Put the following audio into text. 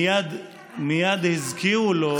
מייד הזכירו לו,